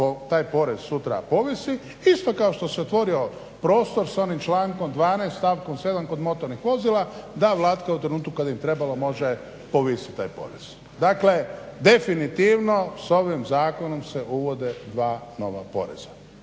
taj porez sutra povisi isto kao što se otvorio prostor sa onim člankom 12.stavkom 7.kod motornih vozila da Vlada u trenutku kada im trebalo može povisiti taj porez. Dakle definitivno sa ovim zakonom se uvode dva nova poreza.